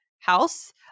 house